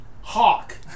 Hawk